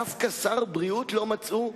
דווקא שר בריאות לא מצאו?